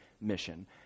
mission